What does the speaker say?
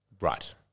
Right